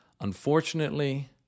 Unfortunately